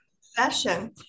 session